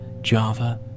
Java